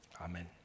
Amen